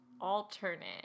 alternate